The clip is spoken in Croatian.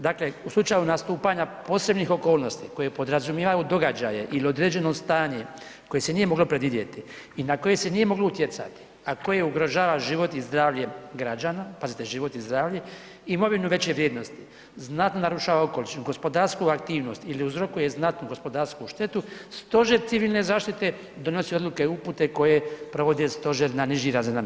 Dakle u slučaju nastupanja posebnih okolnosti koje podrazumijevaju događaje ili određeno stanje koje se nije moglo predvidjeti i na koje se nije moglo utjecati, a koje ugrožava život i zdravlje građana, pazite život i zdravlje, imovinu veće vrijednosti znatno narušava okoliš, gospodarsku aktivnost ili uzrokuje znatnu gospodarsku štetu Stožer civilne zaštite donosi odluke i upute koje provode stožeri na nižim razinama.